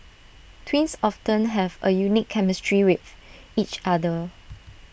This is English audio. twins often have A unique chemistry with each other